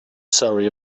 surrey